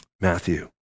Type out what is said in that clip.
Matthew